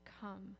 come